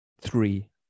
three